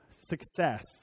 success